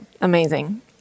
Amazing